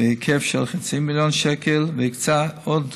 בהיקף של חצי מיליון שקל, והקצה עוד